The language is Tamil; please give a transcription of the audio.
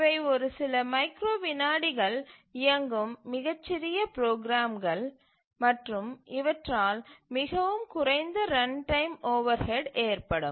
இவை ஒரு சில மைக்ரோ விநாடிகள் இயங்கும் மிகச் சிறிய ப்ரோக்ராம்கள் மற்றும் இவற்றால் மிகவும் குறைந்த ரன்டைம் ஓவர்ஹெட் ஏற்படும்